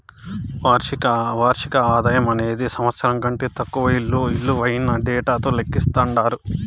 వార్షిక ఆదాయమనేది సంవత్సరం కంటే తక్కువ ఇలువైన డేటాతో లెక్కిస్తండారు